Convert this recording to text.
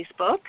Facebook